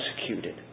executed